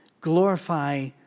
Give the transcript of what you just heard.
glorify